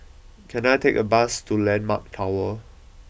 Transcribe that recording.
can I take a bus to Landmark Tower